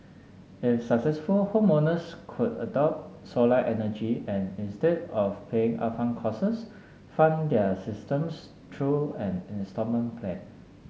if successful homeowners could adopt solar energy and instead of paying upfront costs fund their systems to an installment plan